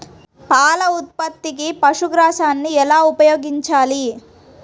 పాల ఉత్పత్తికి పశుగ్రాసాన్ని ఎలా ఉపయోగించాలి?